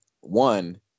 One